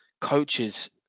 coaches